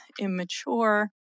immature